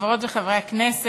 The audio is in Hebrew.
חברות וחברי הכנסת,